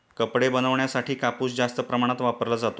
कपडे बनवण्यासाठी कापूस जास्त प्रमाणात वापरला जातो